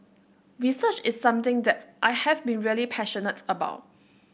research is something that I have been really passionate about